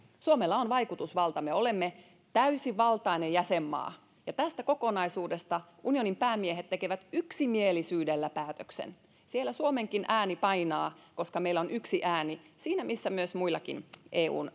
suomella on vaikutusvaltaa me olemme täysivaltainen jäsenmaa ja tästä kokonaisuudesta unionin päämiehet tekevät yksimielisyydellä päätöksen siellä suomenkin ääni painaa koska meillä on yksi ääni siinä missä muillakin eun